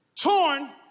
torn